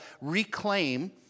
reclaim